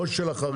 או של החריגים.